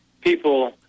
people